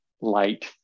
light